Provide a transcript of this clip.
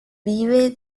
vive